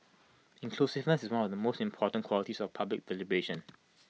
inclusiveness is one of the most important qualities of public deliberation